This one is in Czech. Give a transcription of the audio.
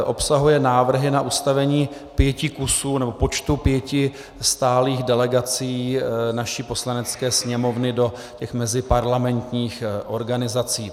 Obsahuje návrhy na ustavení počtu pěti stálých delegací naší Poslanecké sněmovny do meziparlamentních organizací.